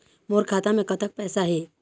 मोर खाता मे कतक पैसा हे?